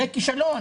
זה כישלון.